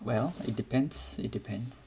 well it depends it depends